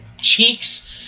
cheeks